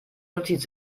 notiz